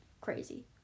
crazy